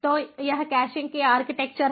तो यह कैशिंग की आर्किटेक्चर है